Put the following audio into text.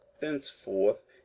thenceforth